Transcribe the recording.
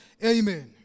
Amen